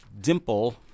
Dimple